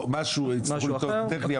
משהו יצטרכו לפתור את הטכני,